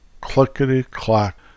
clickety-clack